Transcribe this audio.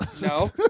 No